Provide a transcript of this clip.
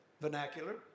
vernacular